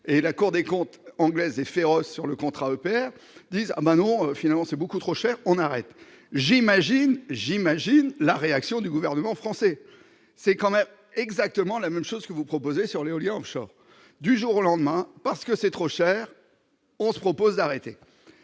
et la Cour des comptes anglaise et féroce sur le contrat EPR disent : ah ben non, finalement, c'est beaucoup trop cher, on arrête, j'imagine, j'imagine la réaction du gouvernement français, c'est quand même exactement la même chose que vous proposez sur l'éolien Offshore du jour au lendemain, parce que c'est trop cher, on se propose arrêter,